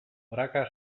praka